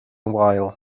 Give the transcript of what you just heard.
wael